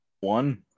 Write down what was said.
One